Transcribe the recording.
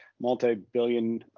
multi-billion